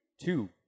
Two